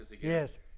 Yes